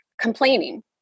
complaining